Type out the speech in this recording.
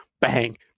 Bang